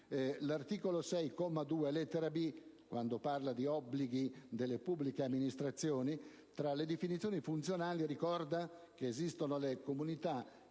L'articolo 6, comma 2, lettera *b)*, quando parla di obblighi delle pubbliche amministrazioni, tra le definizioni funzionali ricorda che esistono le comunità